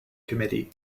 committee